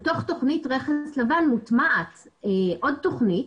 בתוך תכנית רכס לבן מוטמעת עוד תכנית,